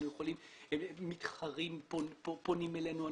מתחרים פונים אלינו,